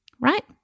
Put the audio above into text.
right